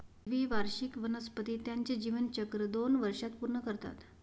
द्विवार्षिक वनस्पती त्यांचे जीवनचक्र दोन वर्षांत पूर्ण करतात